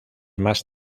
más